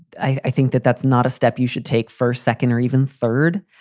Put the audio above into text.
i think that that's not a step you should take first, second or even third.